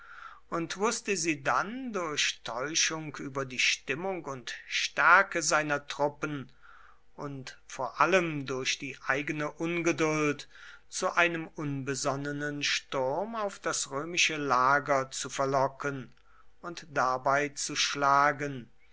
und wußte sie dann durch täuschung über die stimmung und stärke seiner truppen und vor allem durch die eigene ungeduld zu einem unbesonnenen sturm auf das römische lager zu verlocken und dabei zu schlagen